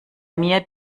mir